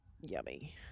yummy